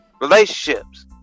relationships